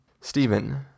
Stephen